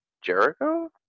Jericho